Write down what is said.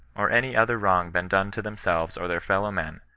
or any other wrong been done to themselves or their fellow men,